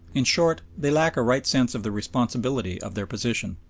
in short, they lack a right sense of the responsibility of their position,